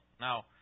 Now